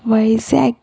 Vizag